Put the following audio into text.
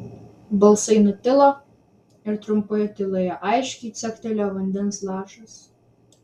balsai nutilo ir trumpoje tyloje aiškiai caktelėjo vandens lašas